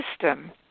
system